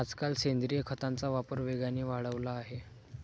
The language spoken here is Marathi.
आजकाल सेंद्रिय खताचा वापर वेगाने वाढला आहे